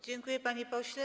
Dziękuję, panie pośle.